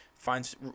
finds